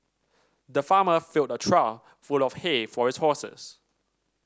the farmer filled a trough full of hay for his horses